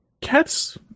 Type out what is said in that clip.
Cats